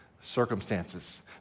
circumstances